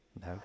No